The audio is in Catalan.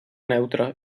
neutra